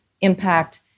impact